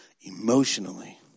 Emotionally